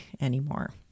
anymore